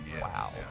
Wow